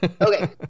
Okay